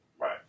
Right